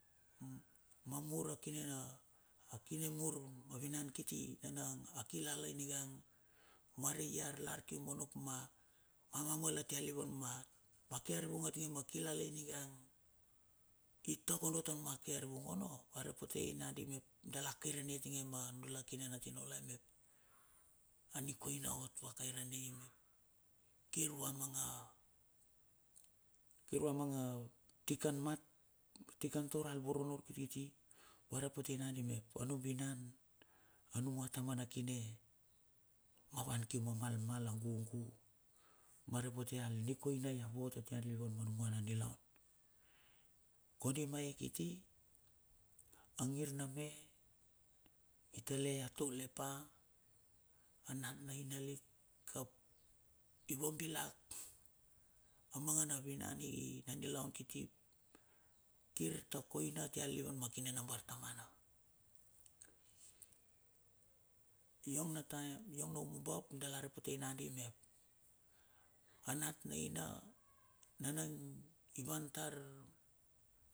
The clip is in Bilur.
ma mur a kine na, a kine mur ma vinan kiti enang a kila nigang mua rei yar lar kium onno ap ma, mama mual a tia lilivan mat, ma kea arivung atinge ma kilalei ningan, i takodo tar ma ke arivung onno va repotei nakandi mep dala kir renie a tinge ma nudala kine na tinaulai mep a nikoina ot va kairanei mep, kiru a manga, kiru a manga tikan mat, tikan taur alovorono urkiti kiti, varepoti nakandi mep a num vinan a numua tamana kine ma van kium a malmal a gugu ma repote al nikoina ia vot a tia lilivan ma numua na nilaun. Kondi mai e kiti agir na me i tale ya taule pa a nat na ina lik ap i vabilak a mangana vinan i na niloun kiti ip kir ta koina tia lilivan ma kine nabarta mana. Iong na taem iong na umbap dala repote nakandi mep, anat na aina nanan i wan tar